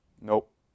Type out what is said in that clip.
Nope